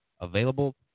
available